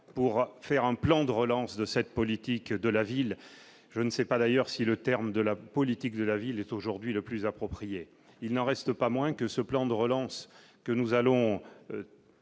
pour faire un plan de relance de cette politique de la ville, je ne sais pas, d'ailleurs, si le terme de la politique de la ville est aujourd'hui le plus approprié, il n'en reste pas moins que ce plan de relance que nous allons